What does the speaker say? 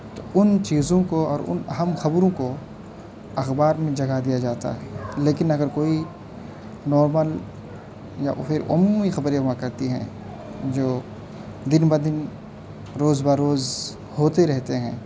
تو ان چیزوں کو اور ان اہم خبروں کو اخبار میں جگہ دیا جاتا ہے لیکن اگر کوئی نارمل یا پھر عمومی خبریں ہوا کرتی ہیں جو دن بدن روز بروز ہوتے رہتے ہیں